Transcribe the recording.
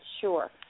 sure